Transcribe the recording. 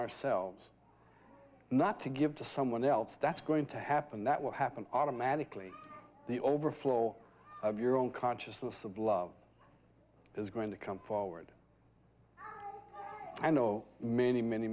ourselves not to give to someone else that's going to happen that will happen automatically the overflow of your own consciousness of love is going to come forward i know many many